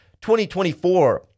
2024